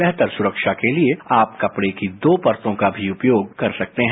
बेहतर सुरक्षा के लिये आप कपड़े की दो परतों का भी उपयोग कर सकते हैं